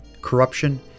corruption